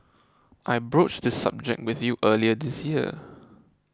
I broached this subject with you early this year